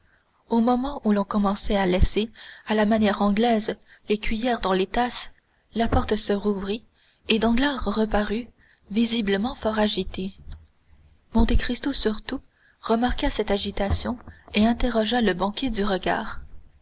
au moment où l'on commençait à laisser à la manière anglaise les cuillers dans les tasses la porte se rouvrit et danglars reparut visiblement fort agité monte cristo surtout remarqua cette agitation et interrogea le banquier du regard